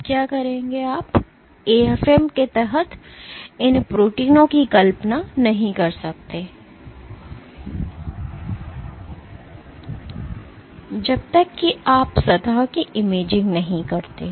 अब आप AFM के तहत इन प्रोटीनों की कल्पना नहीं कर सकते जब तक कि आप सतह की इमेजिंग नहीं करते